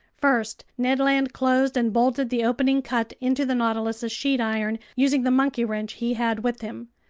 first, ned land closed and bolted the opening cut into the nautilus's sheet iron, using the monkey wrench he had with him.